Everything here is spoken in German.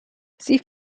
sie